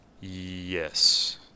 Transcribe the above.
yes